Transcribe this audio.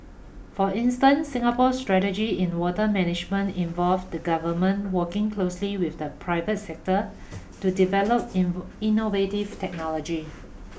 for instance Singapore strategy in water management involve the government working closely with the private sector to develop innovative technology